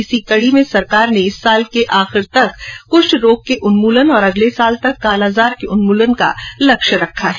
इसी कड़ी में सरकार ने इस साल के अंत तक कुष्ठ रोग के उन्मूलन और अगले साल तक कालाजार के उन्मूलन का लक्ष्य रखा है